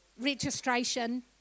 registration